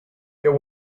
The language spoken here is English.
there